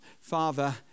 Father